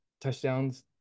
touchdowns